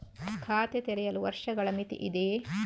ಖಾತೆ ತೆರೆಯಲು ವರ್ಷಗಳ ಮಿತಿ ಇದೆಯೇ?